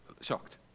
shocked